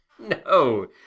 No